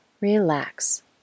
relax